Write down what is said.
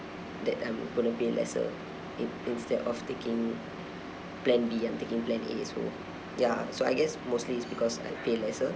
that I'm going to pay lesser in~ instead of taking plan B and taking plan A so ya so I guess mostly is because I pay lesser